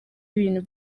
ibintu